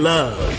Love